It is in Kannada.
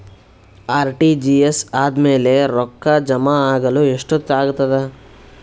ಆರ್.ಟಿ.ಜಿ.ಎಸ್ ಆದ್ಮೇಲೆ ರೊಕ್ಕ ಜಮಾ ಆಗಲು ಎಷ್ಟೊತ್ ಆಗತದ?